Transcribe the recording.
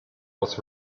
was